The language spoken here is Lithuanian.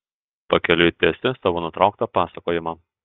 pakeliui tęsi savo nutrauktą pasakojimą